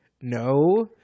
No